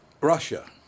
Russia